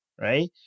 Right